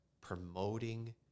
promoting